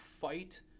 fight